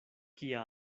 kia